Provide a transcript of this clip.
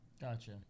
gotcha